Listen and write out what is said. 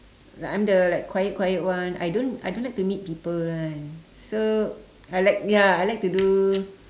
like I'm the like quiet quiet one I don't I don't like to meet people [one] so I like ya I like to do